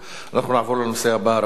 רבותי,